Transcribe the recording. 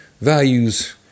values